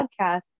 podcast